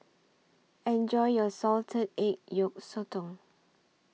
Enjoy your Salted Egg Yolk Sotong